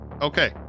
okay